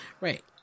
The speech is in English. Right